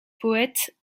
poète